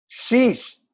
Sheesh